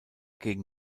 gegen